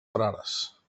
frares